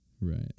Right